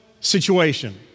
situation